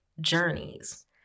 journeys